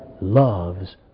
loves